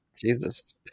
Jesus